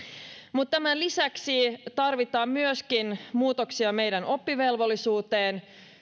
tämän lisäksi tarvitaan myöskin muutoksia meidän oppivelvollisuuteen